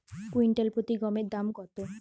Quintal প্রতি গমের দাম কত?